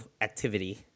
activity